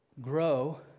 grow